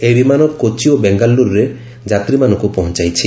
ଏହି ବିମାନ କୋଚି ଓ ବେଙ୍ଗାଲ୍ରରେ ଯାତ୍ରୀମାନଙ୍କୁ ପହଞ୍ଚାଇଛି